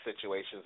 situations